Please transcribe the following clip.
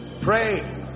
Pray